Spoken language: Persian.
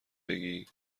بگی